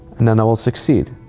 and then i will succeed.